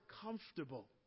comfortable